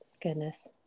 Goodness